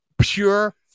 pure